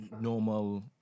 normal